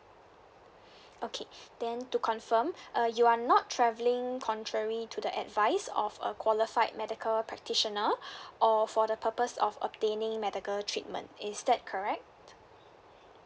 okay then to confirm uh you are not travelling contrary to the advice of a qualified medical practitioner or for the purpose of obtaining medical treatment is that correct